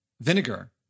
vinegar